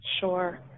Sure